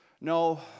no